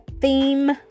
theme